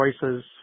choices